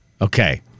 Okay